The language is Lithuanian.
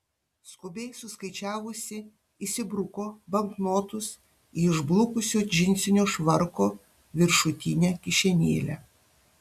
skubiai suskaičiavusi įsibruko banknotus į išblukusio džinsinio švarko viršutinę kišenėlę